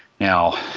Now